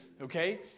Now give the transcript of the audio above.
okay